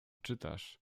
czytasz